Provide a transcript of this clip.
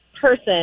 person